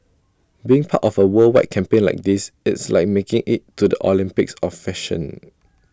being part of A worldwide campaign like this it's like making IT to the Olympics of fashion